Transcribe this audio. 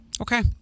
Okay